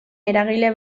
eragile